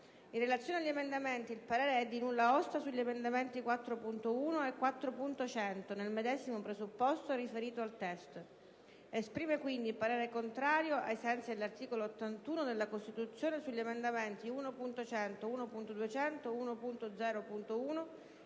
In relazione agli emendamenti, il parere è di nulla osta sugli emendamenti 4.1 e 4.100 nel medesimo presupposto riferito al testo. Esprime quindi parere contrario, ai sensi dell'articolo 81 della Costituzione, sugli emendamenti 1.100, 1.200, 1.0.1